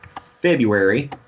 February